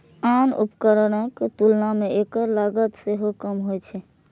आन उपकरणक तुलना मे एकर लागत सेहो कम होइ छै